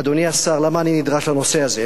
אדוני השר, למה אני נדרש לנושא הזה?